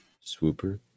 Swooper